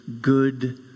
good